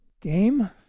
Game